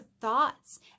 thoughts